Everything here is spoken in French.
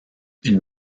une